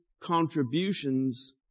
contributions